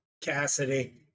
Cassidy